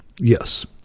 Yes